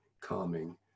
calming